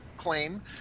claim